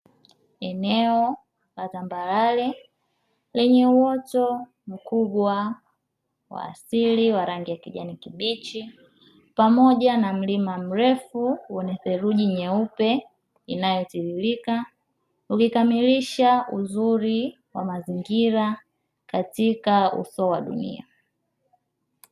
Eneo la tambarare lenye uoto mkubwa wa asili wa rangi ya kijani kibichi, pamoja na mlima mrefu wenye theluji nyeupe inayotiririka. Ukikamilisha uzuri wa mazingira katika uso wa dunia.